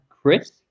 Chris